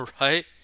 right